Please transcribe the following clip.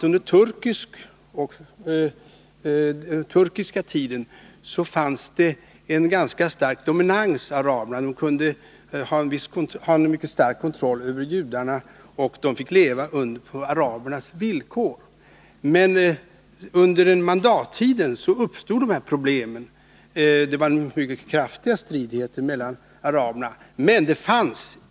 Under den turkiska tiden var den arabiska dominansen ganska stark, och judarna fick leva på arabernas villkor. Men under mandattiden uppstod problemen. Det var mycket stora stridigheter mellan araberna.